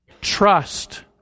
trust